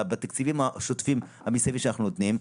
בתקציבים השוטפים המאסיביים שאנחנו נותנים,